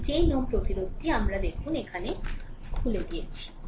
এই 10 Ω প্রতিরোধটি আমরা দেখুন এখানে খুলে দিয়েছি